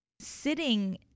sitting